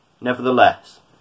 Nevertheless